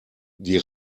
die